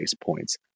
points